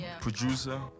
producer